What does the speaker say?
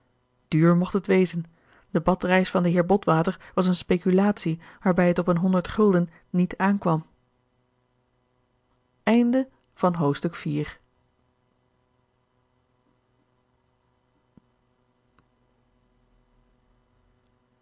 duur mocht het wezen de badreis van den heer botwater was eene speculatie waarbij het op een honderd gulden niet aankwam